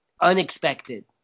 unexpected